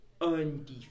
undefined